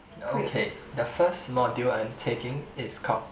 okay the first module I'm taking is called